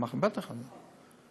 בטח אין לו.